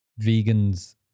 vegans